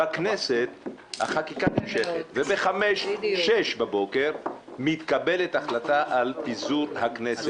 בכנסת החקיקה נמשכת וב-06:00-05:00 בבוקר מתקבלת החלטה על פיזור הכנסת.